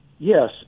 Yes